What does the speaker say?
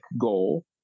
goal